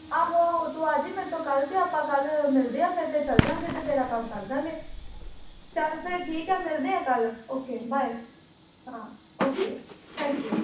ਆਹੋ ਆਹੋ ਤੂੰ ਆਜੀ ਮੇਰੇ ਤੋਂ ਕੱਲ੍ਹ ਅਤੇ ਆਪਾਂ ਕੱਲ੍ਹ ਮਿਲਦੇ ਹਾਂ ਫਿਰ ਅਤੇ ਚਲ ਜਾਂਗੇ ਅਤੇ ਤੇਰਾ ਕੰਮ ਕਰ ਦਾਂਗੇ ਚਲ ਫਿਰ ਠੀਕ ਹੈ ਮਿਲਦੇ ਹਾਂ ਕੱਲ੍ਹ ਓਕੇ ਬਾਏ ਹਾਂ ਓਕੇ ਥੈਂਕ ਯੂ